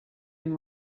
and